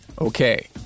Okay